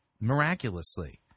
Miraculously